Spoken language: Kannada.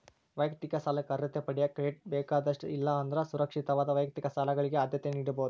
ವೈಯಕ್ತಿಕ ಸಾಲಕ್ಕ ಅರ್ಹತೆ ಪಡೆಯಕ ಕ್ರೆಡಿಟ್ ಬೇಕಾದಷ್ಟ ಇಲ್ಲಾ ಅಂದ್ರ ಸುರಕ್ಷಿತವಾದ ವೈಯಕ್ತಿಕ ಸಾಲಗಳಿಗೆ ಆದ್ಯತೆ ನೇಡಬೋದ್